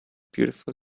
beautiful